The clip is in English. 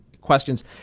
questions